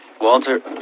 walter